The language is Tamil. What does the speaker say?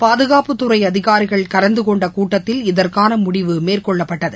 பாதுகாப்புத்துறைஅதிகாரிகள் கலந்துகொண்டகூட்டத்தில் இதற்கானமுடிவு மேற்கொள்ளப்பட்டது